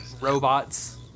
Robots